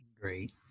Great